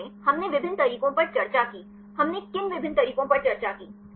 संक्षेप में हमने विभिन्न तरीकों पर चर्चा की हमने किन विभिन्न तरीकों पर चर्चा की